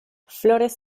flores